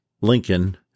Lincoln